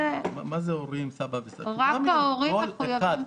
רק ההורים מחויבים.